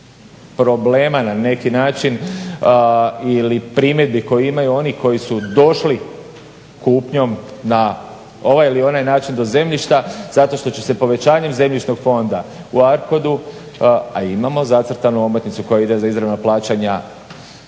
problema na neki način ili primjedbi koji imaju oni koji su došli kupnjom na ovaj ili onaj način do zemljišta zato što će se povećanjem zemljišnog fonda u ARCODU a imamo zacrtanu omotnicu koja ide za izravna plaćanja